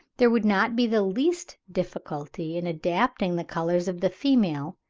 there would not be the least difficulty in adapting the colours of the female,